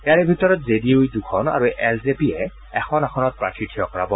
ইয়াৰ ভিতৰত J D U দখন আৰু এল জে পিয়ে এখন আসনত প্ৰাৰ্থী থিয় কৰাব